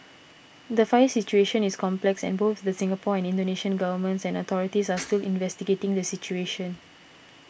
the fire situation is complex and both the Singapore and Indonesia governments and authorities are still investigating the situation